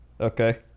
Okay